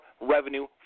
revenue